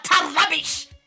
rubbish